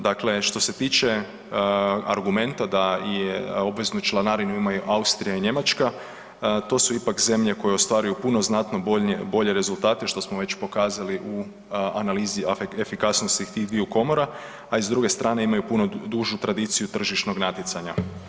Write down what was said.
Dakle, što se tiče argumenta da obveznu članarinu imaju Austrija i Njemačka, to su ipak zemlje koje ostvaruju puno znatno bolje rezultate što smo već pokazali u analizi efikasnosti tih dviju komora, a i s druge strane imaju puno dužu tradiciju tržišnog natjecanja.